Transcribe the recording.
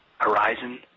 Horizon